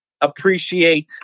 appreciate